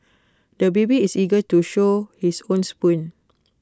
the baby is eager to show his own spoon